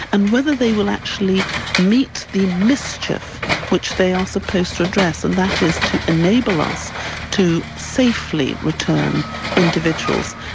and whether they will actually meet the mischief which they are supposed to address, and that is to enable us to safely return individuals.